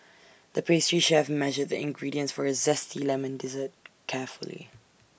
the pastry chef measured the ingredients for A Zesty Lemon Dessert carefully